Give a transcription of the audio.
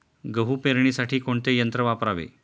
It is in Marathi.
गहू पेरणीसाठी कोणते यंत्र वापरावे?